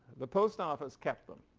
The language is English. the post office kept them.